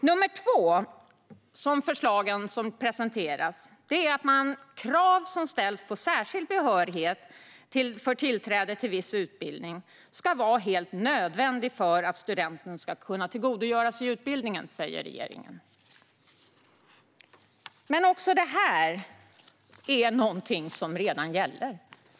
För det andra säger regeringen att de krav som ställs på särskild behörighet för tillträde till viss utbildning ska vara helt nödvändiga för att studenten ska kunna tillgodogöra sig utbildningen. Men också detta är någonting som redan gäller.